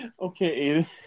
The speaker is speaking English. Okay